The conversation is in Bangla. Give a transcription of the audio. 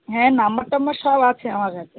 হ্যাঁ নম্বর টাম্বার সব আছে আমার কাছে